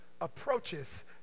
approaches